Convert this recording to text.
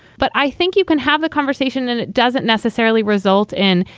but i think you can have a conversation and it doesn't necessarily result in.